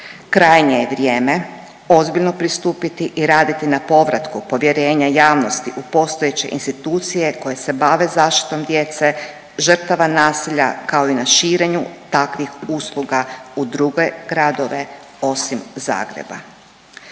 Krajnje je vrijeme ozbiljno pristupiti i raditi na povratku povjerenja javnosti u postojeće institucije koje se bave zaštitom djece žrtava nasilja kao i na širenju takvih usluga u druge gradove osim Zagreba.